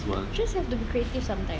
we'll just have to be creative something